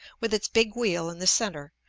with its big wheel in the centre,